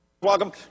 Welcome